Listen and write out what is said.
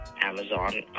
Amazon